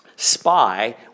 spy